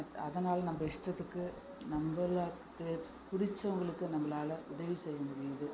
அதனாலே நம்ப இஷ்டத்துக்கு நம்பளுக்கு பிடிச்சவங்களுக்கு நம்மளால் உதவி செய்ய முடியுது